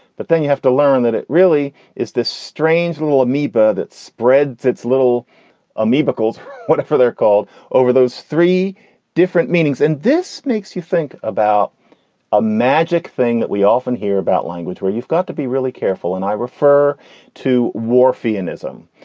but then you have to learn that it really is this strange little amoeba that spreads its little amoeba called what they're called over those three different meanings. and this makes you think about a magic thing that we often hear about language where you've got to be really careful. and i refer to wharfie an ism.